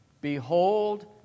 Behold